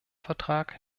vertrag